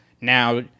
now